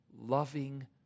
loving